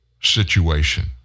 situation